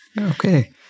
Okay